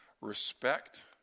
respect